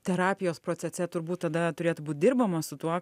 terapijos procese turbūt tada turėtų būt dirbama su tuo